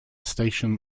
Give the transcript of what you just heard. station